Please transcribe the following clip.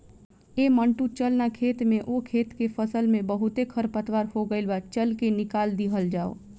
ऐ मंटू चल ना खेत में ओह खेत के फसल में बहुते खरपतवार हो गइल बा, चल के निकल दिहल जाव